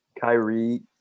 Kyrie